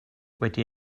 wedi